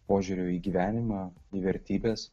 požiūriu į gyvenimą į vertybes